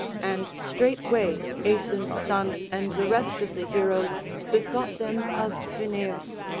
and straightway aeson's son and the rest of the heroes bethought them of phineus,